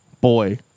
Boy